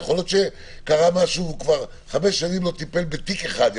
יכול להיות שכבר חמש שנים לא טיפל בתיק אחד,